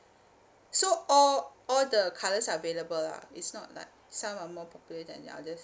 so all all the colours are available lah it's not like some are more popular than the others